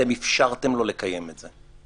אתם אפשרתם לו לקיים את זה.